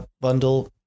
bundle